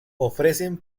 ofrecen